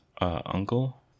uncle